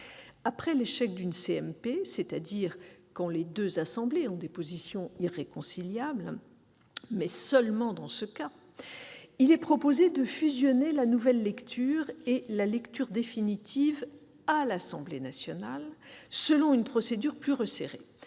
Après l'échec d'une CMP- c'est-à-dire quand les deux assemblées ont des positions irréconciliables -, et seulement dans ce cas, il est proposé de fusionner la nouvelle lecture et la lecture définitive à l'Assemblée nationale, selon une procédure plus resserrée.